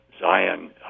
Zion